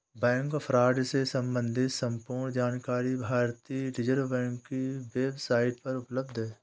bank fraud से सम्बंधित संपूर्ण जानकारी भारतीय रिज़र्व बैंक की वेब साईट पर उपलब्ध है